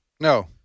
No